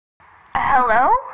Hello